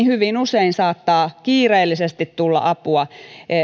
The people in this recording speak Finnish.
hyvin usein saattaa kiireellisesti tulla